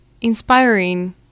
inspiring